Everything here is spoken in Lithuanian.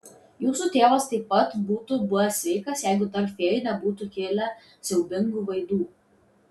jūsų tėvas taip pat būtų buvęs sveikas jeigu tarp fėjų nebūtų kilę siaubingų vaidų